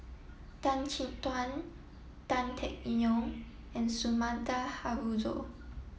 Tan Chin Tuan Tan Teck Neo and Sumida Haruzo